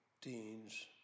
teens